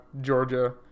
Georgia